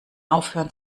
aufhören